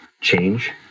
change